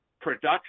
production